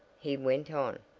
he went on.